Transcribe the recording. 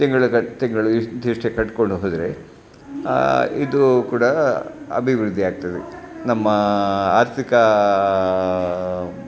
ತಿಂಗಳು ಕಟ್ಟಿ ತಿಂಗಳು ಇಂತಿಷ್ಟೆ ಕಟ್ಕೊಂಡು ಹೋದರೆ ಇದು ಕೂಡ ಅಭಿವೃದ್ಧಿ ಆಗ್ತದೆ ನಮ್ಮ ಆರ್ಥಿಕ